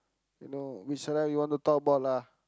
you know which celeb you wanna talk about lah